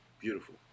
beautiful